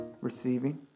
receiving